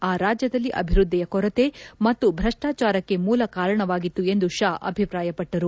ಆ ರಾಜ್ಯದಲ್ಲಿ ಅಭಿವೃದ್ದಿಯ ಕೊರತೆ ಮತ್ತು ಭ್ರಷ್ಟಾಚಾರಕ್ಕೆ ಮೂಲ ಕಾರಣವಾಗಿತ್ತು ಎಂದು ಷಾ ಅಭಿಪ್ರಾಯಪಟ್ಟರು